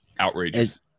Outrageous